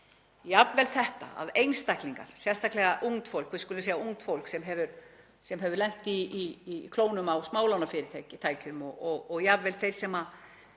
jafnvel það að einstaklingar, sérstaklega ungt fólk, við skulum segja ungt fólk sem hefur lent í klónum á smálánafyrirtækjum og jafnvel þeir sem